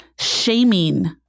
shaming